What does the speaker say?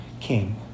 king